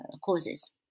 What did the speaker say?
causes